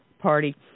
party